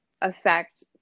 affect